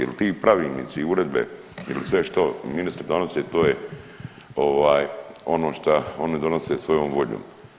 Jer ti pravilnici i uredbe ili sve što ministri donose to je ono šta, oni donose svojom voljom.